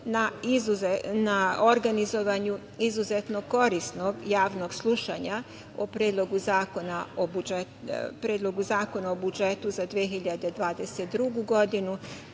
na organizovanju izuzetno korisnog javnog slušanja o Predlog zakona o budžetu za 2022. godinu,